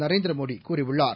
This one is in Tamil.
நரேந்திர மோடி கூறியுள்ளார்